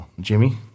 Jimmy